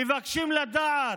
מבקשים לדעת,